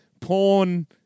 Porn